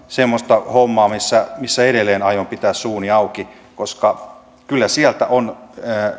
semmoista hommaa missä missä edelleen aion pitää suuni auki koska kyllä sieltä on